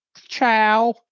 Ciao